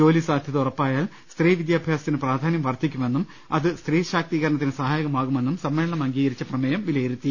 ജോലിസാധ്യത ഉറപ്പായാൽ സ്ത്രീ വിദ്യാഭ്യാസത്തിന് പ്രാധാന്യം വർദ്ധിക്കുമെന്നും അത് സ്ത്രീ ശാക്തീകരണത്തിന് സഹായകമാകുമെന്നും സമ്മേളനം അംഗീകരിച്ച പ്രമേയം വിലയിരുത്തി